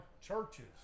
churches